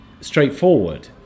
straightforward